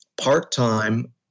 part-time